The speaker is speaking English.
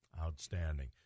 Outstanding